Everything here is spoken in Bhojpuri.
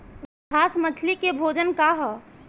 ग्रास मछली के भोजन का ह?